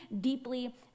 deeply